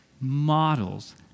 models